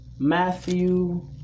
Matthew